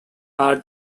are